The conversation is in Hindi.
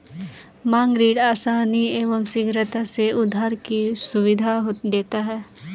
मांग ऋण आसानी एवं शीघ्रता से उधार की सुविधा देता है